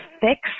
fix